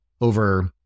over